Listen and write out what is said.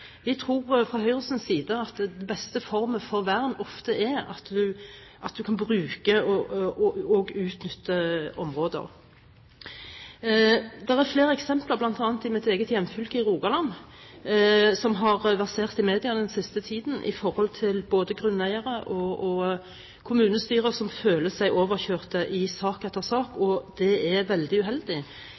Vi fra Høyres side tror at den beste formen for vern ofte er at en kan bruke og utnytte områder. Det har i media den siste tiden, bl.a. i mitt eget hjemfylke, Rogaland, versert flere eksempler på både grunneiere og kommunestyrer som føler seg overkjørt i sak etter sak. Det er veldig uheldig,